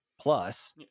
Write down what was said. Plus